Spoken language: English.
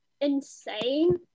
insane